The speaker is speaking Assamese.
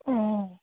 অঁ